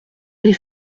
des